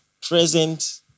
present